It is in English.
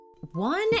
One